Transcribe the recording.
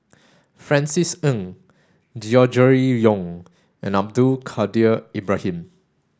Francis Ng Gregory Yong and Abdul Kadir Ibrahim